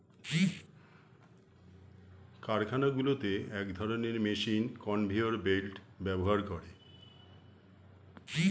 কারখানাগুলোতে এক ধরণের মেশিন কনভেয়র বেল্ট ব্যবহার করে